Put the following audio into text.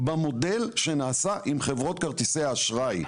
במודל שנעשה עם חברות כרטיסי האשראי.